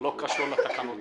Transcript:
קשור לתקנות.